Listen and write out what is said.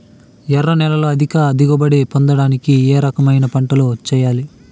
ఎర్ర నేలలో అధిక దిగుబడి పొందడానికి ఏ రకమైన పంటలు చేయాలి?